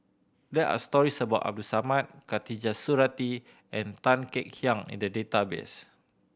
there are stories about Abdul Samad Khatijah Surattee and Tan Kek Hiang in the database